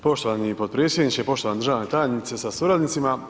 Poštovani potpredsjedniče, poštovana državna tajnice sa suradnicima.